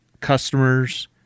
customers